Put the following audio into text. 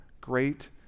great